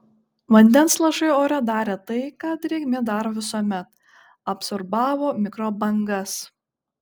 vandens lašai ore darė tai ką drėgmė daro visuomet absorbavo mikrobangas